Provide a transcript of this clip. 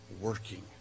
working